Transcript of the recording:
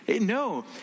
No